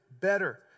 better